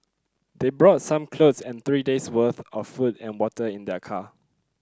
they brought some clothes and three days' worth of food and water in their car